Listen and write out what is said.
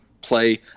play